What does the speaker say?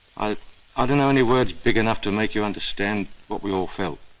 i i don't know any words big enough to make you understand what we all felt.